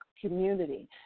community